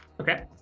okay